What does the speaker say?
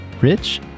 Rich